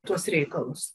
tuos reikalus